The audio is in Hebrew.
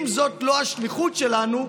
אם זאת לא השליחות שלנו,